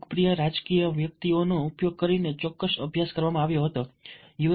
લોકપ્રિય રાજકીય વ્યક્તિઓ આનો ઉપયોગ કરીને ચોક્કસ અભ્યાસ કરવામાં આવ્યો હતો યુ